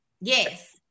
Yes